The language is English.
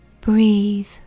Breathe